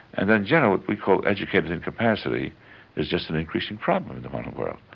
and then generally what we call educated incapacity is just an increasing problem in the modern world.